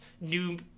new